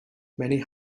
many